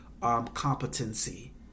Competency